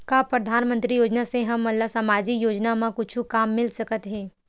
का परधानमंतरी योजना से हमन ला सामजिक योजना मा कुछु काम मिल सकत हे?